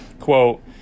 quote